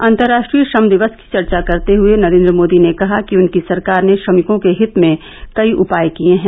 अंतर्राष्ट्रीय श्रम दिवस की चर्चा करते हए नरेन्द्र मोदी ने कहा कि उनकी संरकार ने श्रमिकों के हित में कई उपाय किये हैं